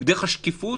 דרך השקיפות,